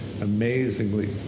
amazingly